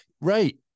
right